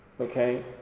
Okay